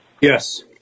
Yes